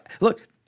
Look